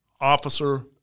officer